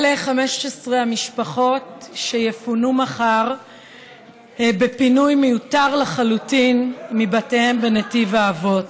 אלה 15 המשפחות שיפונו מחר בפינוי מיותר לחלוטין מבתיהם בנתיב האבות: